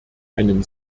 einem